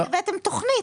אבל אז הבאתם תכנית,